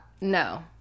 no